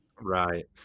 Right